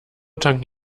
tankt